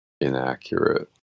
inaccurate